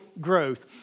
growth